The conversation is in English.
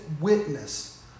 witness